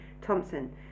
Thompson